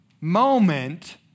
moment